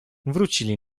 wrócili